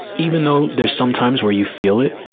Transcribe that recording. even though there's sometimes where you feel it,